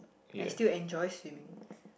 I still enjoy swimming